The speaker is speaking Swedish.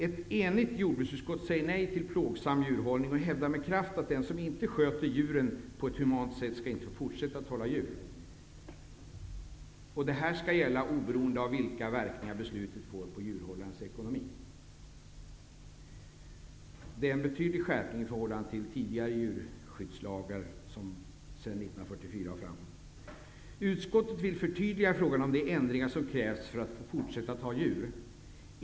Ett enigt jordbruksutskott är emot plågsam djurhållning, och vi hävdar med kraft att den som inte sköter djuren på ett humant sätt inte skall få fortsätta att hålla djur. Det skall gälla oberoende av vilka verkningar ett sådant beslut får på djurhållarens ekonomi. Lagförslaget innebär alltså en betydlig skärpning i förhållande till tidigare djurskyddslagar från 1944 och framåt. Utskottet vill göra förtydliganden i fråga om de ändringar som krävs för att få fortsätta att hålla djur.